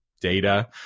data